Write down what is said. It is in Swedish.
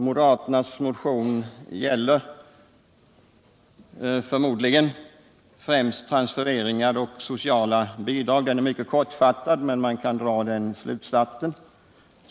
Moderaternas motion gäller förmodligen främst transfereringar och sociala bidrag - den är mycket kortfattad men man kan dra den slutsatsen.